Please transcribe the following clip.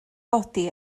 godi